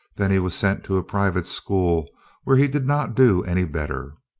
then he was sent to a private school where he did not do any better.